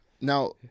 Now